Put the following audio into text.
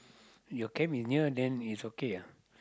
your camp is near then it's okay ah